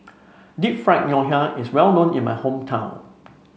Deep Fried Ngoh Hiang is well known in my hometown